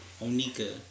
Onika